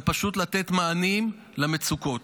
ופשוט לתת מענים למצוקות.